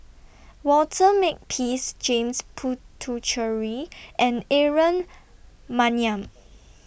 Walter Makepeace James Puthucheary and Aaron Maniam